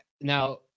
now